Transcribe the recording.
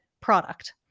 product